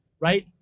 right